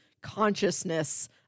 consciousness